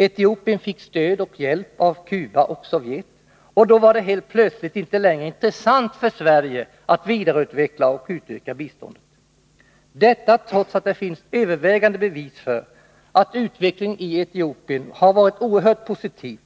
Etiopien fick stöd och hjälp av Cuba och Sovjet, och då var det helt plötsligt inte längre intressant för Sverige att vidareutveckla och utöka biståndet. Detta trots att det finns övervägande bevis för att utvecklingen i Etiopien har varit oerhört positiv